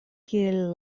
kiel